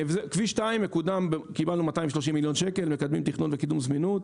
כביש 2 מקודם קיבלנו 230 מיליון ₪ ומקדמים תכנון וקידום זמינות.